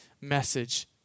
message